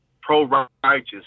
pro-righteous